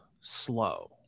slow